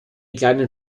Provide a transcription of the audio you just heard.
kleinen